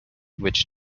which